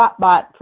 Spotbot